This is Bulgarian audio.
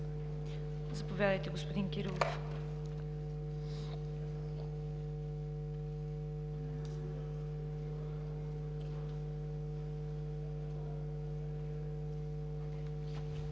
Заповядайте, господин Кирилов.